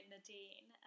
Nadine